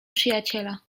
przyjaciela